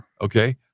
Okay